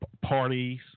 parties